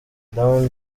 down